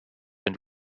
and